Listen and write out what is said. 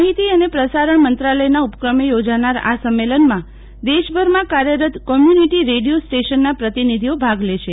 માહિતી અને પ્રસારણ મંત્રાલયના ઉપક્રમે યોજાનાર આ સંમેલનમાં દેશભરમાં કાર્યરત કોમ્યુનીટી રેડીઓ સ્ટેશનના પ્રતિનિધિઓ ભાગ લેશે